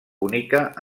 única